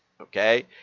Okay